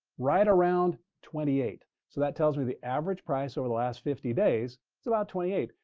right around twenty eight. so that tells me the average price over the last fifty days is about twenty eight.